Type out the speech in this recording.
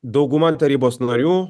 dauguma tarybos narių